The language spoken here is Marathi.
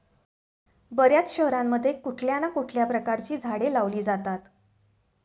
बर्याच शहरांमध्ये कुठल्या ना कुठल्या प्रकारची झाडे लावली जातात